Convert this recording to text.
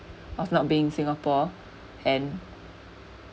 of not being in singapore and